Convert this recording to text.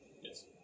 Yes